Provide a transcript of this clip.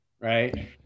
right